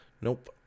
Nope